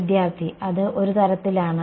വിദ്യാർത്ഥി അത് ഒരു തരത്തിലാണ്